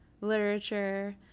literature